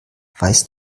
weißt